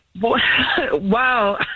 Wow